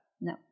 no